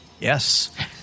Yes